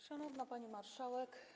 Szanowna Pani Marszałek!